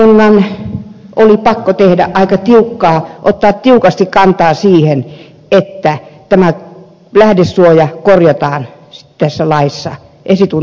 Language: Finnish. perustuslakivaliokunnan oli pakko ottaa aika tiukasti kantaa siihen että tämä lähdesuoja korjataan tässä esitutkintalaissa